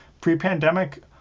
pre-pandemic